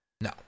No